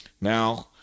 Now